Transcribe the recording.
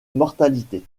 mortalité